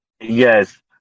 yes